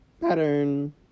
Pattern